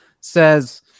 says